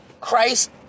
Christ